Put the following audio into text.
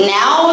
now